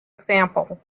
example